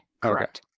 Correct